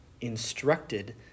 instructed